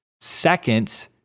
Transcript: Second